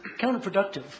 counterproductive